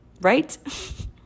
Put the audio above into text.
right